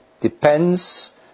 depends